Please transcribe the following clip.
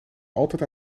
altijd